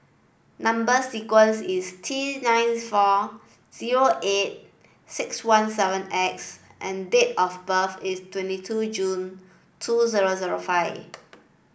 number sequence is T nine four zero eight six one seven X and date of birth is twenty two June two zero zero five